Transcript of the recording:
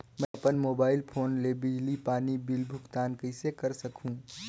मैं अपन mobile phone ले बिजली पानी बिल भुगतान कइसे कर सकहुं?